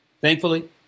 Thankfully